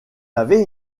avait